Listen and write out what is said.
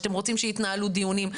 שאתם רוצים שיתנהלו דיונים.